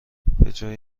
بجای